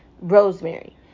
Rosemary